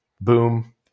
Boom